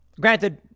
granted